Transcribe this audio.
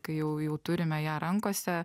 kai jau jau turime ją rankose